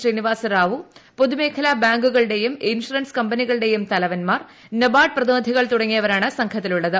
ശ്രീനിവാസ റാവു പൊതു മേഖല ബാങ്കുകളുടെയും ഇൻഷുറൻസ് കമ്പനികളുടെയും തലവൻമാർ നബാർഡ് പ്രതിനിധികൾ തുടങ്ങിയവരാണ് സംഘത്തിലുളളത്